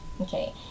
okay